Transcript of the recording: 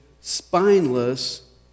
spineless